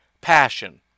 passion